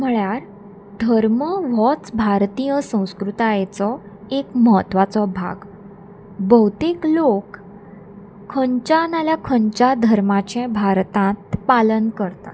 म्हळ्यार धर्म होच भारतीय संस्कृतायेचो एक म्हत्वाचो भाग भोवतेक लोक खंयच्या नाल्या खंयच्या धर्माचे भारतांत पालन करतात